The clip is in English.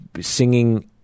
singing